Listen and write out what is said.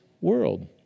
world